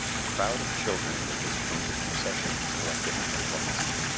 a crowd of children in a disjointed procession had collected in front of the hospital,